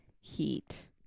heat